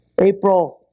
April